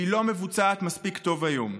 והיא לא מבוצעת מספיק טוב היום.